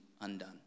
undone